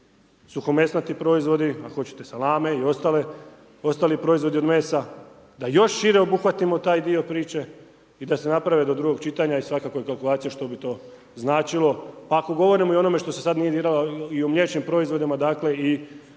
suhomesnati proizvodi, ako hoćete salame i ostali proizvodi od mesa, da još šire obuhvatimo taj dio priče i da se naprave do drugog čitanja svakako kalkulacije što bi to značilo pa ako govorimo i o onome što se sad nije diralo i o mliječnim proizvodima i